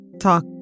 talk